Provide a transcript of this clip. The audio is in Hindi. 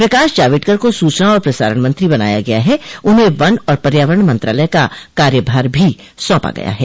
प्रकाश जावड़ेकर को सूचना और प्रसारण मंत्रो बनाया गया है उन्हें वन और पर्यावरण मंत्रालय का कार्यभार भी सौंपा गया है